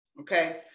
okay